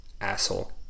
asshole